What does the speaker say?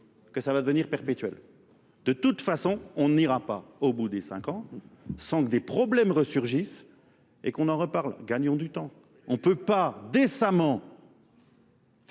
que ça va devenir perpétuel. De toute façon, on n'ira pas au bout des cinq ans sans que des problèmes resurgissent et qu'on en reparle. Gagnons du temps. On ne peut pas décemment